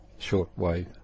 shortwave